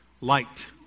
Light